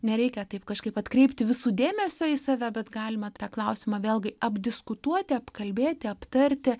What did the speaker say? nereikia taip kažkaip atkreipti visų dėmesio į save bet galima tą klausimą vėlgi apdiskutuoti apkalbėti aptarti